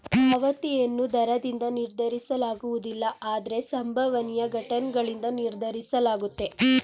ಪಾವತಿಯನ್ನು ದರದಿಂದ ನಿರ್ಧರಿಸಲಾಗುವುದಿಲ್ಲ ಆದ್ರೆ ಸಂಭವನೀಯ ಘಟನ್ಗಳಿಂದ ನಿರ್ಧರಿಸಲಾಗುತ್ತೆ